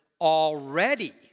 already